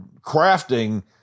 crafting